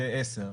ל-10.